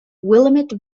willamette